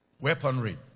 weaponry